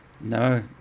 No